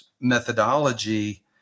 methodology